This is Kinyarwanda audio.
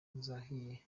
zahiye